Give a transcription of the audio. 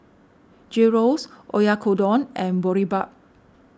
Gyros Oyakodon and Boribap